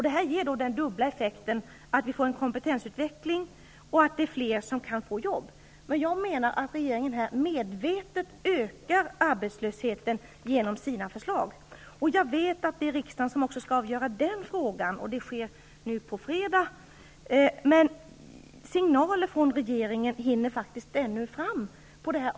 Det här ger den dubbla effekten med kompetensutveckling och att fler kan få arbete. Jag menar att regeringen genom sina förslag medvetet ökar arbetslösheten. Jag vet att det är riksdagen som skall avgöra även den frågan. Det sker nu på fredag. Men, signaler på det här området från regeringen hinner faktiskt ännu fram.